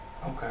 Okay